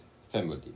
family